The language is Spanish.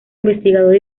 investigador